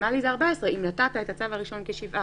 המקסימלי זה 14. אם נתת את הצו הראשון כשבעה